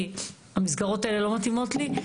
כי המסגרות האלה לא מתאימות לי.